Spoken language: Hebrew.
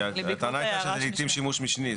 כי הטענה הייתה שזה לעיתים שימוש משני,